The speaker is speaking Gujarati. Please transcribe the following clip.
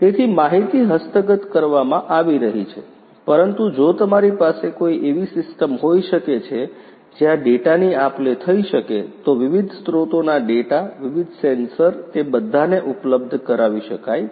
તેથી માહિતી હસ્તગત કરવામાં આવી રહી છે પરંતુ જો તમારી પાસે કોઈ એવી સિસ્ટમ હોઈ શકે છે જ્યાં ડેટાની આપલે થઈ શકે તો વિવિધ સ્રોતોના ડેટા વિવિધ સેન્સર તે બધાને ઉપલબ્ધ કરાવી શકાય છે